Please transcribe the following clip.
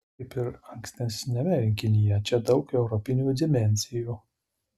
kaip ir ankstesniame rinkinyje čia daug europinių dimensijų